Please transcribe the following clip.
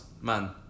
man